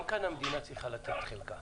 גם כאן המדינה צריכה לתת את חלקה.